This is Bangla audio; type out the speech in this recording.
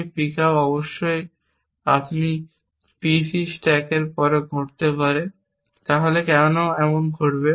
এই পিকআপ আমরা অবশ্যই B C স্ট্যাকের পরে ঘটতে হবে তাহলে কেন এমন হবে